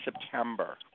September